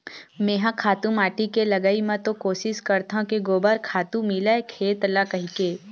मेंहा खातू माटी के लगई म तो कोसिस करथव के गोबर खातू मिलय खेत ल कहिके